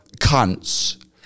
cunts